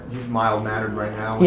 he's mild mannered right now.